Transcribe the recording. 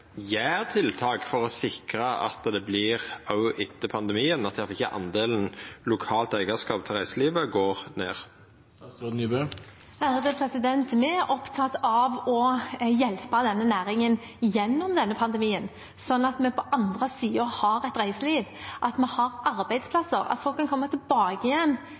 tiltak for å sikra det òg etter pandemien, at ikkje delen lokalt eigarskap i reiselivet går ned? Vi er opptatt av å hjelpe denne næringen gjennom denne pandemien slik at vi på den andre siden har et reiseliv, at vi har arbeidsplasser, at folk kan komme tilbake